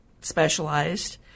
specialized